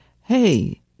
hey